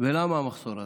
למה המחסור הזה?